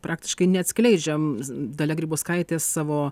praktiškai neatskleidžiam dalia grybauskaitė savo